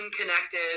connected